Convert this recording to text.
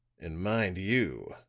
and mind you,